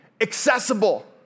accessible